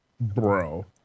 Bro